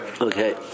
Okay